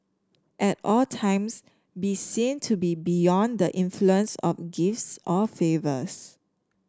at all times be seen to be beyond the influence of gifts or favours